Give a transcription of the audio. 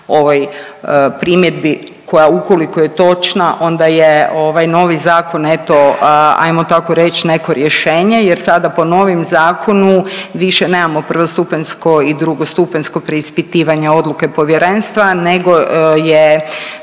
primjedbi koja ukoliko je točna onda je ovaj novi zakon eto ajmo tako reć neko rješenje jer sada po novim zakonu više nemamo prvostupanjsko i drugostupanjsko preispitivanje odluke povjerenstva, nego je